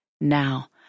Now